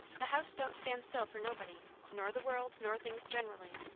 the house don't stand still for nobody, nor the world, nor things generally.